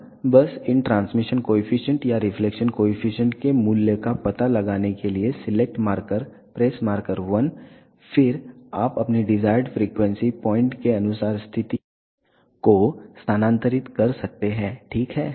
अब बस इन ट्रांसमिशन कॉएफिशिएंट या रिफ्लेक्शन कॉएफिशिएंट के मूल्य का पता लगाने के लिए सिलेक्ट मार्कर प्रेस मार्कर 1 फिर आप अपनी डिजायर्ड फ्रीक्वेंसी पॉइंट के अनुसार स्थिति को स्थानांतरित कर सकते हैं ठीक है